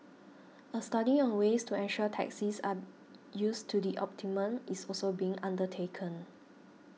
a study on ways to ensure taxis are used to the optimum is also being undertaken